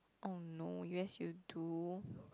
!oh no! yes you do